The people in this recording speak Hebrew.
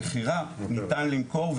ניתן למכור,